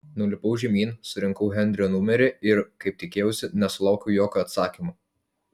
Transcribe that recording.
nulipau žemyn surinkau henrio numerį ir kaip tikėjausi nesulaukiau jokio atsakymo